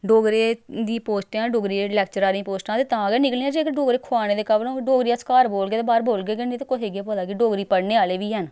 डोगरे दियां पोस्टां डोगरी दियां जेह्ड़ियां लैक्चर आह्लियां पोस्टां ते तां गै निकलियां जेकर डोगरे खोआने दे काबल होग अस घर बोले ते बाह्र बोलगे निं ते कुसै गी केह् पता कि डोगरी पढ़ने आह्ले बी हैन